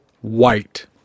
white